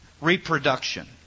Reproduction